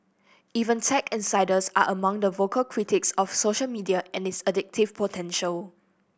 even tech insiders are among the vocal critics of social media and its addictive potential